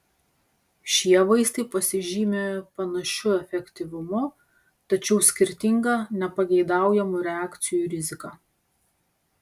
šie vaistai pasižymi panašiu efektyvumu tačiau skirtinga nepageidaujamų reakcijų rizika